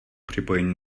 připojení